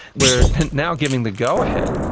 we're now giving the go-ahead